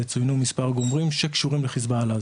צוינו מספר גורמים שקשורים לחיזבאללה.